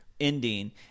ending